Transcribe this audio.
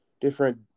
different